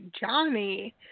Johnny